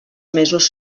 mesos